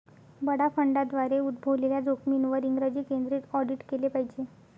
बडा फंडांद्वारे उद्भवलेल्या जोखमींवर इंग्रजी केंद्रित ऑडिट केले पाहिजे